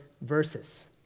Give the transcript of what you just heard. verses